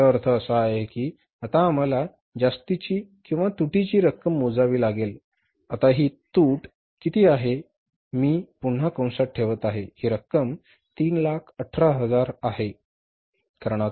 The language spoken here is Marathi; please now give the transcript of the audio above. याचा अर्थ असा आहे की आता आम्हाला जास्तीची तुटीची रक्कम मोजावी लागेल आता ही तूट किती आहे हे मी पुन्हा कंसात ठेवत आहे आणि ही रक्कम 318000 आहे